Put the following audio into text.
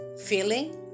feeling